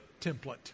template